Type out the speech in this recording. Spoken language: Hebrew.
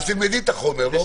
אז תלמדי את החומר.